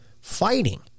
fighting